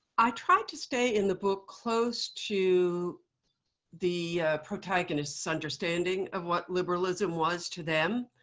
i try to stay, in the book, close to the protagonist's understanding of what liberalism was to them.